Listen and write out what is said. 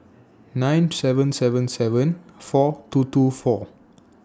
nine seven seven seven four two two four